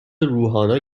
روحانا